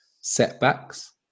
setbacks